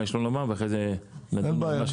יש למוזמנים לומר ואז נומר את דברינו.